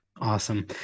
awesome